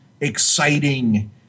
exciting